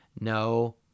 No